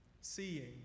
seeing